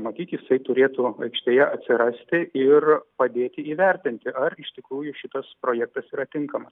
matyt jisai turėtų aikštėje atsirasti ir padėti įvertinti ar iš tikrųjų šitas projektas yra tinkamas